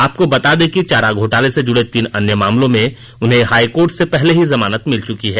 आपको बता दें कि चारा घोटाले से जुड़े तीन अन्य मामलों में उन्हें हाइकोर्ट से पहले ही जमानत मिल चुकी है